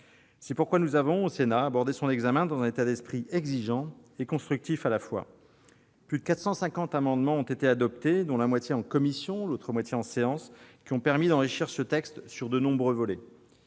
C'est pourquoi nous avons, au Sénat, abordé son examen dans un état d'esprit tout à la fois exigeant et constructif. Plus de 450 amendements ont été adoptés, dont la moitié en commission et l'autre moitié en séance, qui ont permis d'enrichir ce texte sur de nombreux volets.